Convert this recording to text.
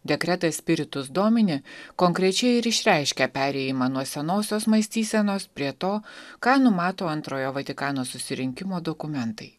dekretas spiritus domini konkrečiai ir išreiškia perėjimą nuo senosios mąstysenos prie to ką numato antrojo vatikano susirinkimo dokumentai